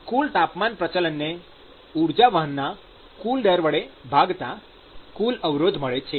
કુલ તાપમાન પ્રચલનને ઊર્જા વહનના કુલ દર વડે ભાગતા કુલ અવરોધ મળે છે